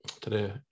today